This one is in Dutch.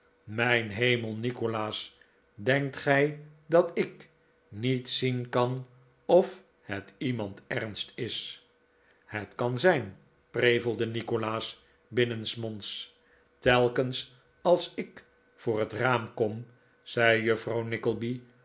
mijn hemel nikolaas denkt gij dat ik niet zien kan of het iemand ernst is het kan zijn prevelde nikolaas binnensmonds telkens als ik voor het raam kom zei juffrouw